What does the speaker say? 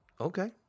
Okay